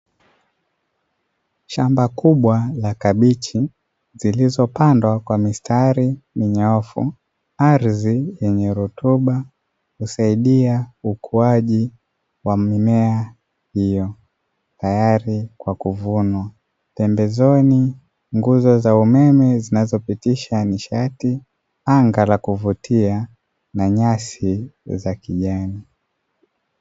Shamba kubwa la kabichi zilizopandwa kwa mistari minyoofu, ardhi yenye rutuba husaidia ukuaji wa mimea hiyo tayari kwa kuvunwa. Pembezoni nguzo za umeme zinazopitisha nishati, anga la kuvutia na nyasi za kijani.